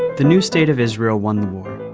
the new state of israel won the war.